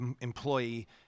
employee